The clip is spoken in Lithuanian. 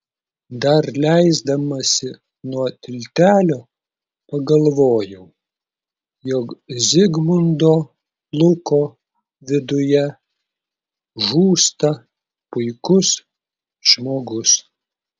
dar leisdamasi nuo tiltelio pagalvoju jog zigmundo luko viduje žūsta puikus žmogus